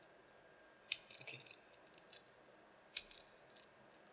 okay